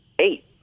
Eight